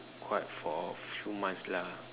quite for a few months lah